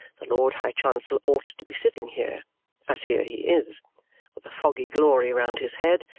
the lord high chancellor ought to be sitting here as here he is with a foggy glory round his head,